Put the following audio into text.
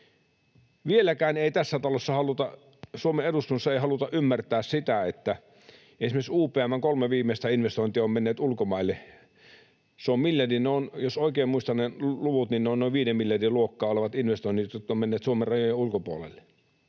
Vieläkään ei tässä talossa, Suomen eduskunnassa haluta ymmärtää sitä, että esimerkiksi UPM:n kolme viimeistä investointia ovat menneet ulkomaille. Jos oikein muistan, ne luvut ovat noin viiden miljardin luokkaa investoinneissa, jotka ovat menneet Suomen rajojen ulkopuolelle.